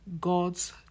God's